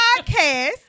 podcast